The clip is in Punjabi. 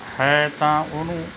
ਹੈ ਤਾਂ ਉਹਨੂੰ